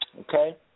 Okay